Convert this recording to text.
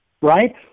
right